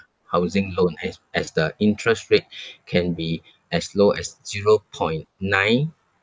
housing loan as as the interest rate can be as low as zero point nine